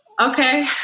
Okay